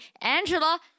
Angela